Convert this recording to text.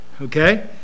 okay